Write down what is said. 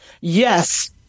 Yes